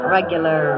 Regular